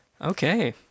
Okay